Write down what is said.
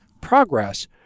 progress